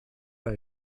what